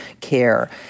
care